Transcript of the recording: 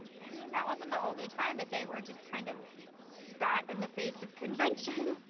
i mean that wasn't the only time that they were just kind of spat in the face of convention.